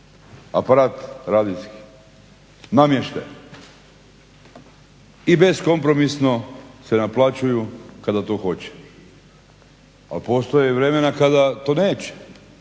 aparat radijski, namještaj, i bez kompromisno se naplaćuju kada to hoće. Ali postoje i vremena kada to neće,